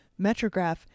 Metrograph